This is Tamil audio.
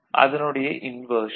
அதனுடைய இன்வெர்சன்